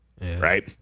right